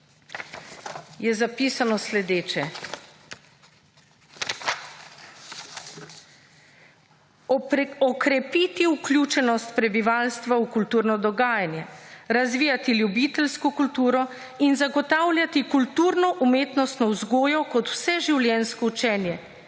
Je zapisano sledeče. Okrepiti vključenost prebivalstva v kulturno dogajanje, razvijati ljubiteljsko kulturo in zagotavljati kulturno umetnostno vzgojo kot vse življenjsko učenje,